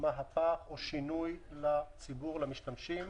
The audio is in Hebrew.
לא מדובר פה בשינוי לציבור ולמשתמשים.